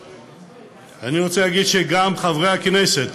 אני רוצה להגיד שגם חברי הכנסת,